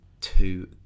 two